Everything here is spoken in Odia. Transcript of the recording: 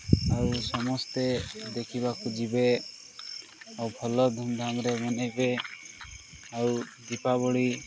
ଆଉ ସମସ୍ତେ ଦେଖିବାକୁ ଯିବେ ଆଉ ଭଲ ଧୁମଧାମ୍ରେ ମନେଇବେ ଆଉ ଦୀପାବଳି